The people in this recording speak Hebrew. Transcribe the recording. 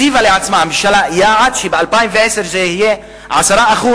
הציבה לעצמה יעד שב-2010 זה יהיה 10%,